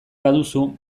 baduzu